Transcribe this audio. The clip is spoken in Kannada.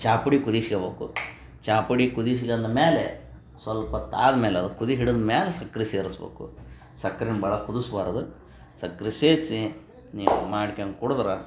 ಚಹಾ ಪುಡಿ ಕುದಿಸ್ಕಬೋಕು ಚಹಾ ಪುಡಿ ಕುದಿಸ್ಕಂದ್ ಮೇಲೆ ಸ್ವಲ್ಪ ತಾಳಿ ಮೇಲ್ ಅದು ಕುದಿ ಹಿಡಿದ ಮೇಲ್ ಸಕ್ಕರೆ ಸೇರಿಸ್ಬೇಕು ಸಕ್ರೇನ ಭಾಳ ಕುದಿಸ್ಬಾರ್ದು ಸಕ್ಕರೆ ಸೇರಿಸಿ ನೀವು ಮಾಡ್ಕಂದ್ ಕುಡಿದ್ರೆ